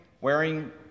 wearing